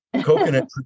coconut